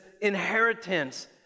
inheritance